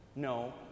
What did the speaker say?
No